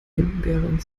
himbeere